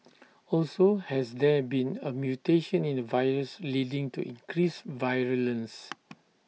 also has there been A mutation in the virus leading to increased virulence